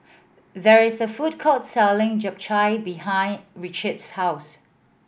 there is a food court selling Japchae behind Ritchie's house